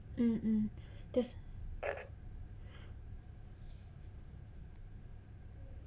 mm mm this